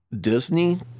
Disney